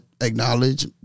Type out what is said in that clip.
acknowledge